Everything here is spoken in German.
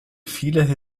vielerlei